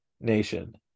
nation